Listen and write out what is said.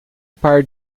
par